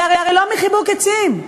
זה הרי לא מחיבוק עצים,